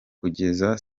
kugeza